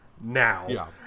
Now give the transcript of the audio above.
now